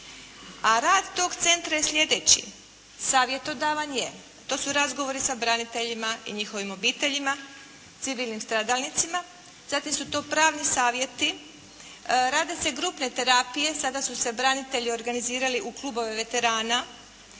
A rad tog centra je slijedeći: savjetodavan je, to su razgovori sa braniteljima i njihovim obiteljima, civilnim stradalnicima, zatim su to pravni savjeti, rade se grupne terapije, sada su se branitelji organizirali u klubove veterana,